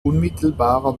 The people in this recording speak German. unmittelbarer